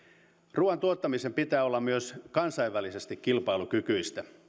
ruuan tuottamisen pitää olla myös kansainvälisesti kilpailukykyistä